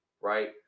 right